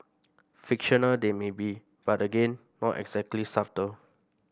fictional they may be but again not exactly subtle